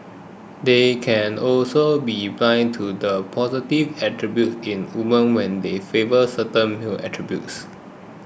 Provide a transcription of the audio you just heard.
they can also be blind to the positive attributes in woman when they favour certain male attributes